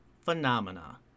phenomena